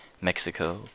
Mexico